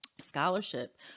scholarship